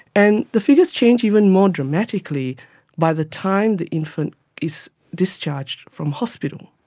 and the figures change even more dramatically by the time the infant is discharged from hospital.